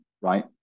right